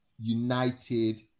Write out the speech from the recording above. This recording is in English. United